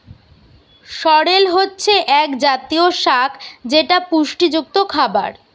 সরেল হচ্ছে এক জাতীয় শাক যেটা পুষ্টিযুক্ত খাবার